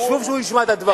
חשוב שהוא ישמע את הדברים.